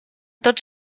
tots